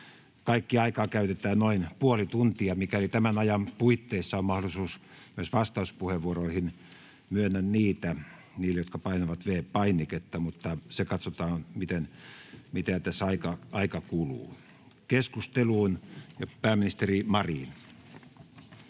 Kaikkiaan aikaa käytetään noin puoli tuntia. Mikäli tämän ajan puitteissa on mahdollisuus myös vastauspuheenvuoroihin, myönnän niitä niille, jotka painavat v-painiketta, mutta katsotaan, miten tässä aika kuluu. — Keskusteluun. Pääministeri Marin.